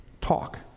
talk